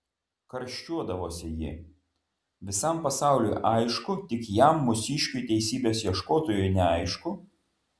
karščiuodavosi ji visam pasauliui aišku tik jam mūsiškiui teisybės ieškotojui neaišku